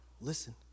listen